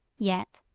yet,